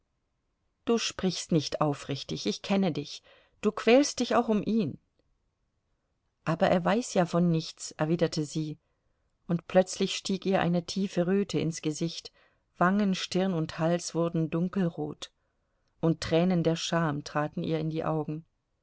du sprichst nicht aufrichtig ich kenne dich du quälst dich auch um ihn aber er weiß ja von nichts erwiderte sie und plötzlich stieg ihr eine tiefe röte ins gesicht wangen stirn und hals wurden dunkelrot und tränen der scham traten ihr in die augen